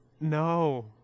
No